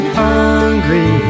hungry